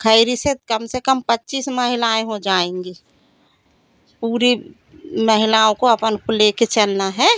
खैरी से कम से कम पच्चीस महिलाएँ हो जाएँगी पूरी महिलाओं को अपन को लेके चलना है